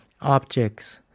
objects